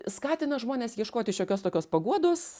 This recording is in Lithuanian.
skatina žmones ieškoti šiokios tokios paguodos